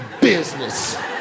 business